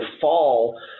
fall